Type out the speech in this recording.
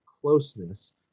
closeness